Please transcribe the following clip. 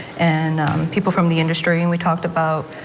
and people from the industry and we talked about,